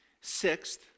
Sixth